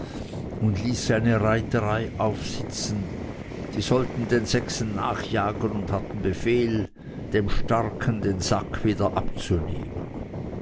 und ließ seine reiterei aufsitzen die sollten den sechsen nachjagen und hatten befehl dem starken den sack wieder abzunehmen